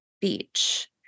beach